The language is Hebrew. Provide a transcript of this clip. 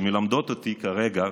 שמלמדות אותי כרגע,